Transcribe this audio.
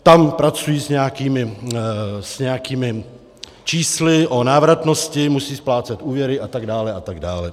Tam pracují s nějakými čísly o návratnosti, musí splácet úvěry, a tak dále a tak dále.